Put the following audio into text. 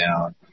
down